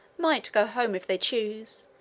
might go home if they chose,